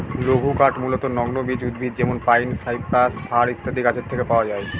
লঘুকাঠ মূলতঃ নগ্নবীজ উদ্ভিদ যেমন পাইন, সাইপ্রাস, ফার ইত্যাদি গাছের থেকে পাওয়া যায়